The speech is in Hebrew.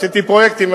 עשיתי פרויקטים.